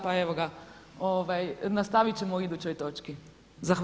Pa evo ga, nastavit ćemo u idućoj točki.